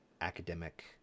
academic